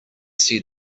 see